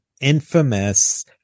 infamous